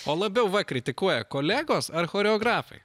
o labiau va kritikuoja kolegos ar choreografai